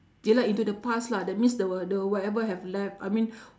ya lah into the past lah that means the wha~ the whatever have left I mean